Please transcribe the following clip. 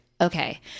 okay